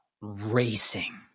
racing